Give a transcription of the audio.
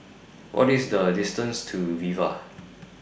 What IS The distance to Viva